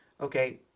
okay